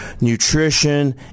nutrition